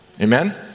Amen